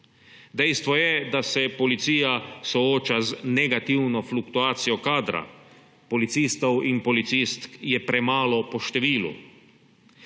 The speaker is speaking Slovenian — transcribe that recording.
Dejstvo je, da se policija sooča z negativno fluktuacijo kadra. Policistov in policistk je premalo po številu.